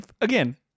again